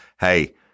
Hey